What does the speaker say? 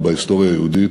ובהיסטוריה היהודית,